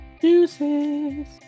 Deuces